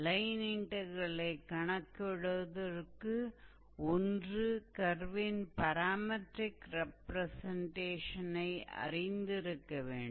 line இன்டக்ரெலைக் கணக்கிடுவதற்கு ஒன்று கர்வின் பாராமெட்ரிக் ரெப்ரசன்டேஷனை அறிந்திருக்க வேண்டும்